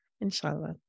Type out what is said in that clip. Inshallah